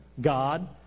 God